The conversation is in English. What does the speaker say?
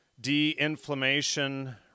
de-inflammation